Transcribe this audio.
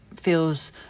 Feels